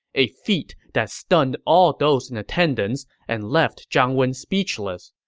a feat that stunned all those in attendance and left zhang wen speechless.